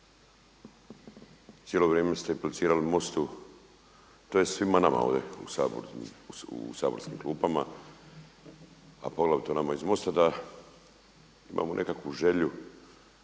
cijelo vrijeme ste implicirali Mostu tj. svima nama ovdje u saborskim klupama, a poglavito nama iz Mosta da imamo nekakvu želju